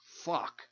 Fuck